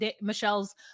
Michelle's